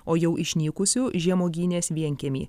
o jau išnykusių žiemuogynės vienkiemį